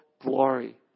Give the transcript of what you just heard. glory